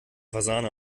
fasane